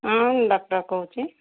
ହଁ ଡକ୍ଟର କହୁଛି